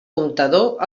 comptador